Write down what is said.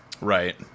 right